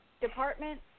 department